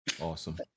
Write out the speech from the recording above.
Awesome